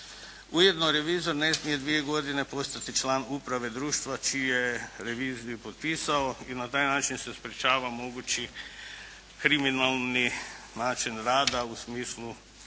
Ujedno revizor ne smije 2 godine postati član uprave društva, čije je reviziju potpisao i na taj način se sprječava mogući kriminalni način rada u smislu